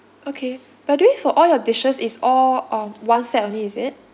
okay by the way for all your dishes is all um one set only is it